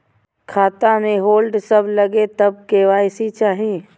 खाता में होल्ड सब लगे तब के.वाई.सी चाहि?